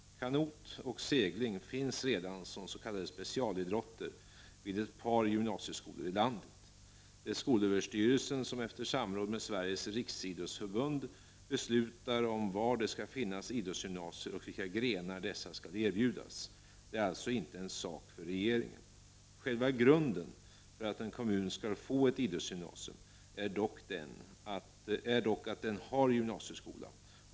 Kanot och segling finns redan som s.k. specialidrotter vid ett par gymnasieskolor i landet. Det är skolöverstyrelsen som efter samråd med Sveriges riksidrottsförbund beslutar om var det skall finnas idrottsgymnasier och vilka grenar dessa skall erbjuda. Det är alltså inte en sak för regeringen. Själva grunden för att en kommun skall få ett idrottsgymnasium är dock att den har gymnasieskola.